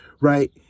right